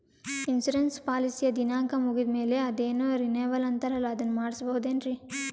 Insurance ಪಾಲಿಸಿಯ ದಿನಾಂಕ ಮುಗಿದ ಮೇಲೆ ಅದೇನೋ ರಿನೀವಲ್ ಅಂತಾರಲ್ಲ ಅದನ್ನು ಮಾಡಿಸಬಹುದೇನ್ರಿ?